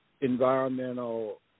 environmental